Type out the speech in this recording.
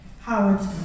Howard